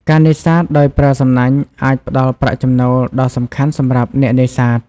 ការនេសាទដោយប្រើសំណាញ់អាចផ្តល់ប្រាក់ចំណូលដ៏សំខាន់សម្រាប់អ្នកនេសាទ។